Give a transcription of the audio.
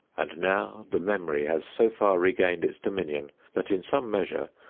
and now the memory has so far regained its dominion, that, in some measure,